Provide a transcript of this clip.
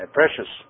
precious